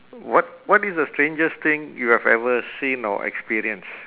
what what is the strangest thing you have ever seen or experience